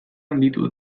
handitu